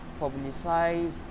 publicize